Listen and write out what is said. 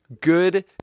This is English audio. Good